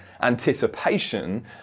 anticipation